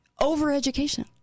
Over-education